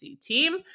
team